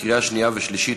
לקריאה שנייה ושלישית,